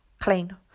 clean